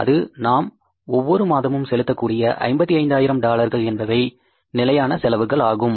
அது நாம் ஒவ்வொரு மாதமும் செலுத்தக்கூடிய 55 ஆயிரம் டாலர்கள் என்பவை நிலையான செலவுகள் ஆகும்